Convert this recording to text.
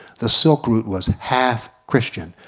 the silk route was half christian.